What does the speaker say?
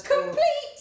Complete